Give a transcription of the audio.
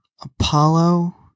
Apollo